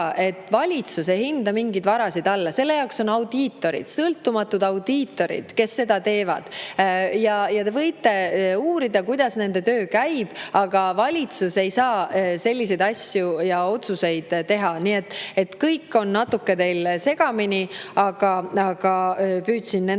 et valitsus ei hinda mingeid varasid alla. Selle jaoks on audiitorid, sõltumatud audiitorid, kes seda teevad. Te võite uurida, kuidas nende töö käib, aga valitsus ei saa selliseid otsuseid teha. Nii et kõik on teil natuke segamini, aga püüdsin nendel